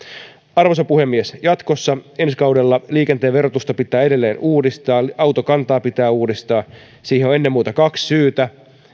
arvoisa puhemies jatkossa ensi kaudella liikenteen verotusta pitää edelleen uudistaa autokantaa pitää uudistaa siihen on ennen muuta kaksi syytä